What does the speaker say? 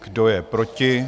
Kdo je proti?